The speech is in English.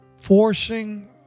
forcing